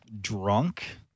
drunk